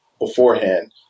beforehand